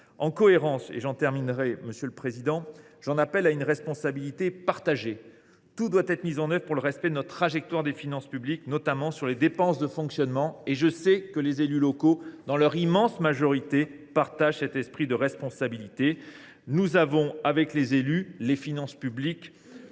les sénateurs, et je terminerai ainsi mon propos, j’en appelle à une responsabilité partagée : tout doit être mis en œuvre pour assurer le respect de notre trajectoire de finances publiques, notamment sur les dépenses de fonctionnement. Il serait temps ! Je sais que les élus locaux, dans leur immense majorité, partagent cet esprit de responsabilité. Nous avons tous les finances publiques